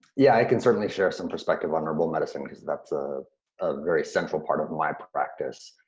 yeah, i can certainly share some perspective on herbal medicine cause that's a very central part of my practice,